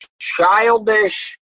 childish